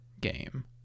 game